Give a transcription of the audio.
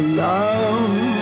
love